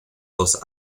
los